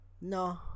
No